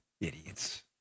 Idiots